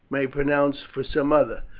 may pronounce for some other.